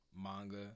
manga